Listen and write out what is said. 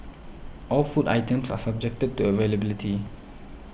all food items are subjected to availability